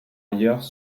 ailleurs